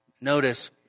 notice